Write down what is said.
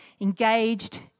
engaged